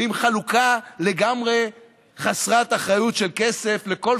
ועם חלוקה לגמרי חסרת אחריות של כסף לכל